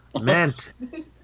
Meant